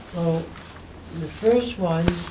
well the first one